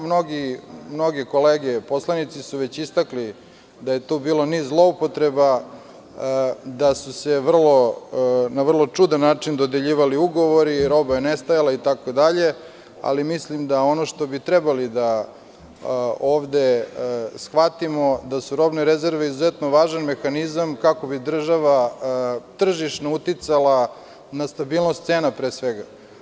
Mnoge kolege poslanici su već istakli da je tu bilo niz zloupotreba, da su se na vrlo čudan način dodeljivali ugovori, roba nestajala itd, ali mislim da ono što bi trebali da ovde shvatimo je da su robne rezerve izuzetno važan mehanizam kako bi država tržišno uticala na stabilnost cena pre svega.